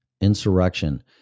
insurrection